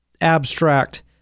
abstract